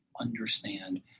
understand